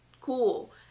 Cool